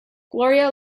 gloria